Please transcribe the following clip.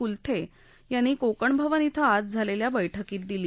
कुलथे यांनी कोकण भवन इथं आज झालेल्या बळकीत दिली